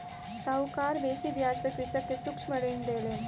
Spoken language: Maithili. साहूकार बेसी ब्याज पर कृषक के सूक्ष्म ऋण देलैन